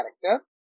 character